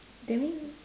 that mean